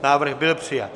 Návrh byl přijat.